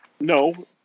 No